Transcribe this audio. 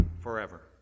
forever